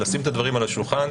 לשים את הדברים על השולחן,